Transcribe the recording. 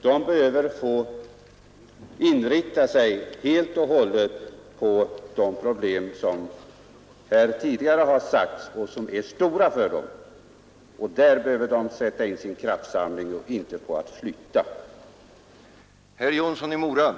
Verket behöver få inrikta sig helt och hållet på de problem som redan finns och som är stora. Där behöver domänverket få lov att sätta in sina resurser och krafter.